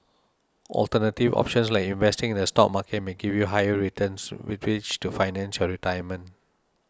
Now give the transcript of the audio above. alternative options like investing in the stock market may give you higher returns with which to finance your retirement